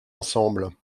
ensemble